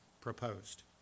proposed